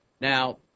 Now